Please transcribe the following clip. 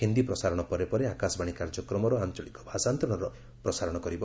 ହିନ୍ଦୀ ପ୍ରସାରଣ ପରେ ପରେ ଆକାଶବାଣୀ କାର୍ଯ୍ୟକ୍ରମର ଆଞ୍ଚଳିକ ଭାଷାନ୍ତରଣର ପ୍ରସାରଣ କରିବ